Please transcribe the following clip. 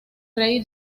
rey